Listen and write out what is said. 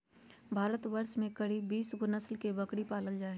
भारतवर्ष में करीब बीस गो नस्ल के बकरी पाल जा हइ